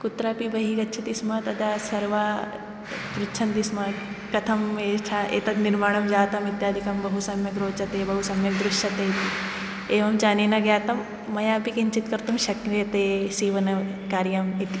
कुत्रापि बहिः गच्छति स्म तदा सर्वे पृच्छन्ति स्म कथम् एषा एतत् निर्माणं जातम् इत्यादिकं बहु सम्यक् रोचते बहु सम्यक् दृश्यते एवञ्च अनेन ज्ञातं मयापि किञ्चित् कर्तुं शक्यते सीवनं कार्यम् इति